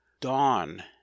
dawn